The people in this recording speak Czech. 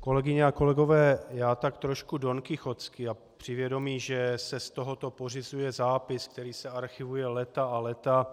Kolegyně a kolegové, já tak trošku donkichotsky a při vědomí, že se z tohoto pořizuje zápis, který se archivuje léta a léta,